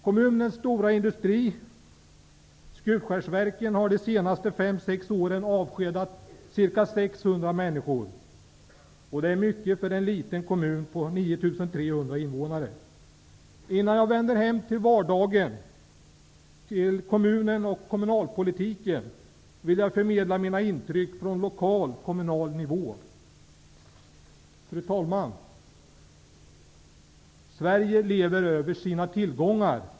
Kommunens stora industri, Skutskärsverken, har de senaste fem sex åren avskedat ca 600 människor. Det är mycket, för kommunen är liten med bara Innan jag vänder hem till vardagen -- till kommunen och kommunalpolitiken -- vill jag förmedla mina intryck från lokal, kommunal nivå. Fru talman! Sverige lever över sina tillgångar.